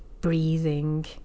breathing